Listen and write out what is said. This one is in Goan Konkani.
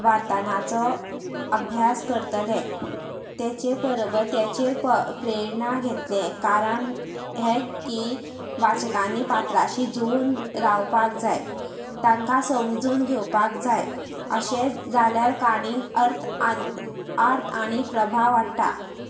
वार्तानाचो अभ्यास करतलें ताचे बरोबर ताचेर प्रेरणा घेतलें कारण हें की वाचकांनी पात्राशी जुळून रावपाक जाय तांकां समजून घेवपाक जाय अशेंच जाल्यार काणी अर्थ आर्त आनी प्रभाव वाडटा